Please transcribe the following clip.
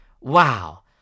wow